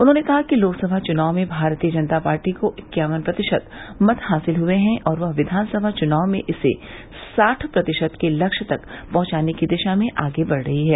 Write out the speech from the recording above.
उन्होंने कहा कि लोकसभा चुनाव में भारतीय जनता पार्टी को इक्यावन प्रतिशत मत हासिल हुए हैं और वह विधान सभा चुनाव में इसे साठ प्रतिशत के लक्ष्य तक पहंचाने की दिशा में आगे बढ़ रही है